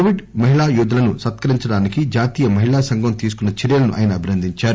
Covid మహిళా యోధులను సత్కరించడానికే జాతీయ మహిళా సంఘం తీసుకున్న చర్యలను ఆయన అభినందించారు